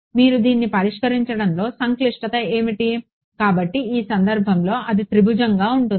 మీరు దీన్ని పరిష్కరించడంలో సంక్లిష్టత ఏమిటి కాబట్టి ఈ సందర్భంలో అది త్రిభుజాకారంగా ఉంటుంది